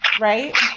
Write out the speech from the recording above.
Right